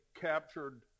captured